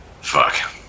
fuck